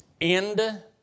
end